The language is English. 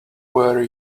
were